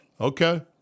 Okay